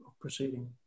proceeding